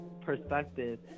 perspective